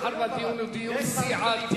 מאחר שהדיון הוא דיון סיעתי,